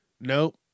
Nope